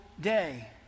day